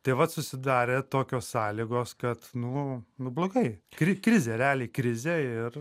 taip vat susidarė tokios sąlygos kad nu nu blogai kri krizė realiai krizė ir